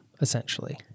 essentially